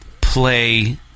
play